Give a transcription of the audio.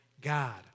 God